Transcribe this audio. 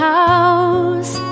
house